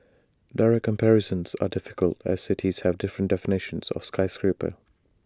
direct comparisons are difficult as cities have different definitions of skyscraper